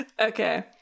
Okay